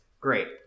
great